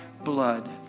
blood